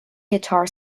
guitar